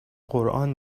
قران